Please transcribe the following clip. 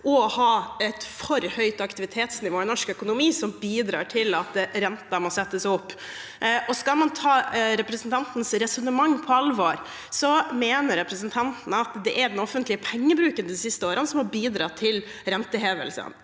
og å ha et for høyt aktivitetsnivå i norsk økonomi, som bidrar til at renten må settes opp. Skal man ta representantens resonnement på alvor, mener representanten at det er den offentlige pengebruken de siste årene som har bidratt til rentehevingene,